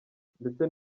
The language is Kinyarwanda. ndetse